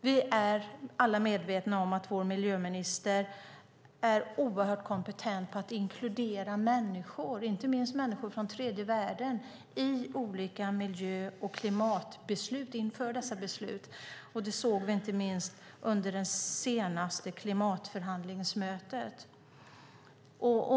Vi är alla medvetna om att vår miljöminister är mycket kompetent när det gäller att inkludera människor, inte minst människor från tredje världen, inför olika miljö och klimatbeslut. Det såg vi inte minst under det senaste klimatförhandlingsmötet.